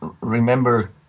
remember